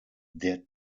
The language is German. der